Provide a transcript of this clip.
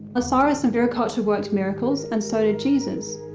osiris and viracocha worked miracles and so did jesus.